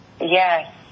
Yes